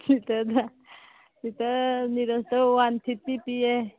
ꯂꯤꯇꯔꯗ litre ꯅꯤꯔꯁꯇ one fifty ꯄꯤꯌꯦ